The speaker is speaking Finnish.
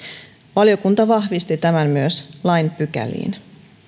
valiokunta vahvisti tämän myös lain pykäliin